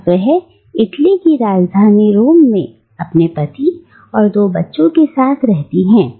अब वह इटली की राजधानी रोम में अपने पति और दो बच्चों के साथ रहती हैं